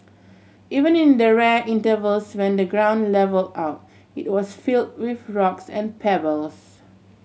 even in the rare intervals when the ground level out it was fill with rocks and pebbles